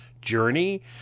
journey